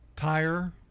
Tire